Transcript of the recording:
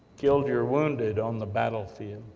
killed your wounded on the battlefield,